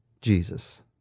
Jesus